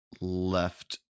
left